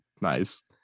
nice